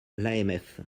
l’amf